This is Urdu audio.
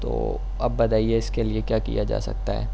تو اب بتائیے اس کے لیے کیا کیا جا سکتا ہے